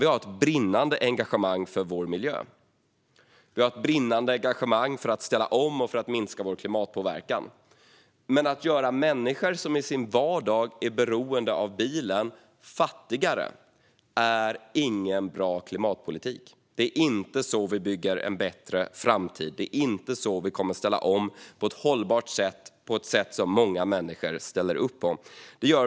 Vi har ett brinnande engagemang för miljön. Vi har ett brinnande engagemang för att ställa om och för att minska klimatpåverkan. Men att göra människor som i sin vardag är beroende av bilen fattigare är ingen bra klimatpolitik. Det är inte så vi bygger en bättre framtid. Det är inte så vi ställer om på ett hållbart sätt som många människor ställer upp på.